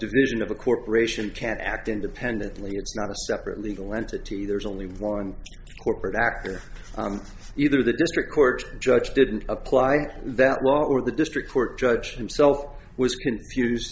division of a corporation can act independently it's not a separate legal entity there's only one corporate actor either the district court judge didn't apply that law or the district court judge himself was